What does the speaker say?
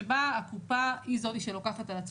שבה הקופה היא זאת שלוקחת על עצמה,